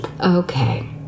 Okay